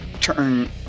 turn